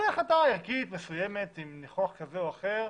זו החלטה ערכית מסוימת עם ניחוח כזה או אחר.